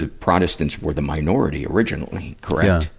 ah protestants were the minority originally, correct?